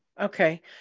Okay